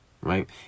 right